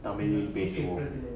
tamil make you very slow